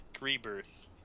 Rebirth